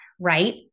right